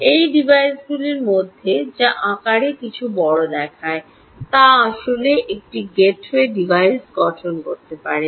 এই ডিভাইসগুলির মধ্যে যা আকারে কিছুটা বড় দেখায় তা আসলে একটি গেটওয়ে ডিভাইস গঠন করতে পারে